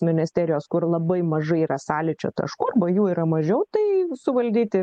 ministerijos kur labai mažai yra sąlyčio taškų arba jų yra mažiau tai suvaldyti